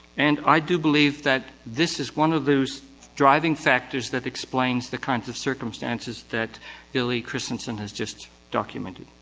and i do believe that this is one of those driving factors that explains the kinds of circumstances that villy christensen has just documented.